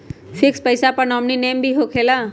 Fix पईसा पर nominee name भी होकेला?